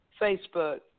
Facebook